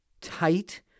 tight